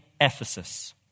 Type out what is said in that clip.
Ephesus